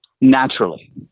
naturally